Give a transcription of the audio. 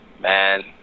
Man